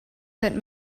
sent